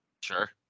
Sure